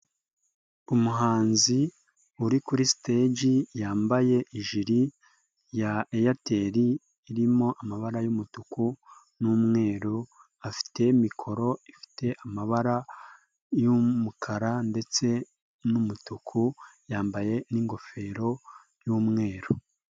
Umuhanzi uri kuri siteji yambaye ijiri ya Airtel irimo amabara y'umutuku n'umweru, afite mikoro ifite amabara y'umukara ndetse n'umutuku, yambaye n'ingofero y'umweru.